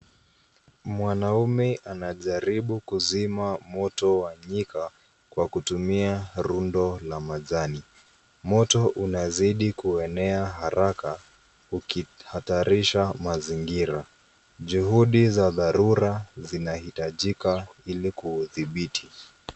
Mwanaume anajaribu kuzima moto wa nyika kwa kutumia rundo la majani. Moto unazidi kuenea haraka, ukihatarisha mazingira. Juhudi za dharura zinahitajika ili kuudhibiti.